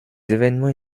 événements